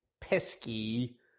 pesky